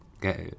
get